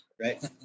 right